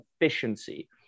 efficiency